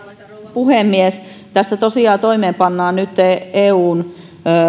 puhemies tässä tosiaan toimeenpannaan nyt eun